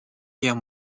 guerre